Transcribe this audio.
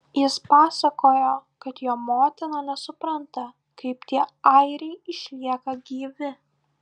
jis pasakojo kad jo motina nesupranta kaip tie airiai išlieka gyvi